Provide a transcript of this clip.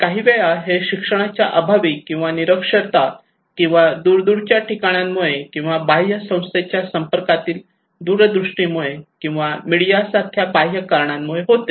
काहीवेळा हे शिक्षणाच्या अभावी किंवा निरक्षरता किंवा दूरदूरच्या ठिकाणांमुळे किंवा बाह्य संस्थेच्या संपर्कातील दूरदृष्टी मुळे किंवा काही मेडिया सारख्या बाह्य कारणांमुळे होते